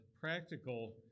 practical